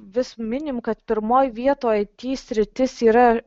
vis minim kad pirmoje vietoj it sritis yra